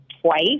twice